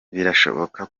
birashoboka